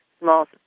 small